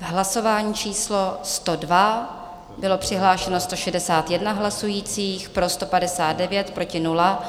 V hlasování číslo 102 bylo přihlášeno 161 hlasujících, pro 159, proti 0.